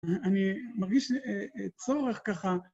אני מרגיש צורך ככה...